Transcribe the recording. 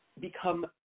become